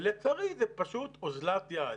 לצערי זאת פשוט אוזלת יד.